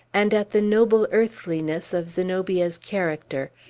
and at the noble earthliness of zenobia's character,